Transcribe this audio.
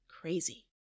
crazy